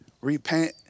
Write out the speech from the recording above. repent